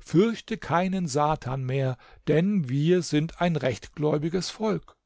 fürchte keinen satan mehr denn wir sind ein rechtgläubiges volk